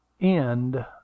End